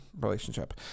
relationship